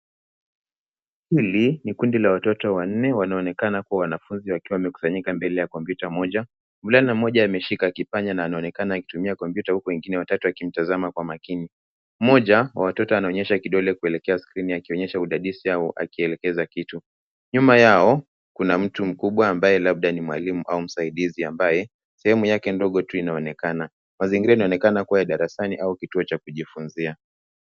Hili ni kundi la watoto wanne, wanaonekana kuwa wanfunzi wakiwa wamekusanyika mbele ya kompyuta moja. Mvulana mmoja ameshika kipanya na anaonekana akutumia kompyuta na wengine watatu wakimtazama kwa makini. Mmoja wa watoto anaonyesha kidole kuelekea skrini akionyesha udadisi au akielekeza kitu. Nyuma yao, kuna mtu mkubwa labda ni mwalimu au msaidizi ambaye sehemu yake ndogo tu inaonekana. Mazingira inaonekana kuwa ya darasani au kituo cha kujifunzia.